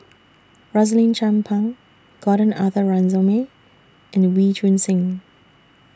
Rosaline Chan Pang Gordon Arthur Ransome and Wee Choon Seng